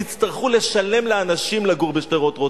תצטרכו לשלם לאנשים לגור בשדרות-רוטשילד.